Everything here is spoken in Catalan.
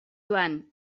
joan